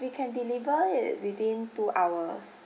we can deliver it within two hours